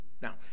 now